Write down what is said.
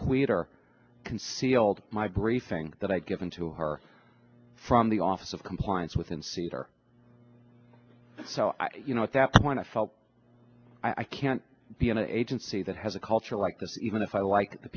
her concealed my briefing that i'd given to her from the office of compliance within caesar so you know at that point i felt i can't be in an agency that has a culture like this even if i like the